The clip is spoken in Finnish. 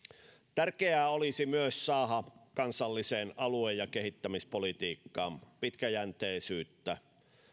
tärkeää olisi myös saada kansalliseen alue ja kehittämispolitiikkaan pitkäjänteisyyttä